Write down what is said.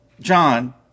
John